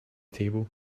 table